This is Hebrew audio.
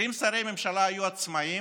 שאם שרי הממשלה היו עצמאים,